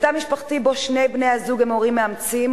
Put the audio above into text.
בתא משפחתי שבו שני בני-הזוג הם הורים מאמצים,